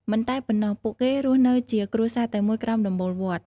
មិនតែប៉ុណ្ណោះ ពួកគេរស់នៅជាគ្រួសារតែមួយក្រោមដំបូលវត្ត។